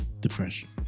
depression